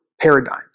paradigms